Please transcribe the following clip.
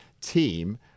team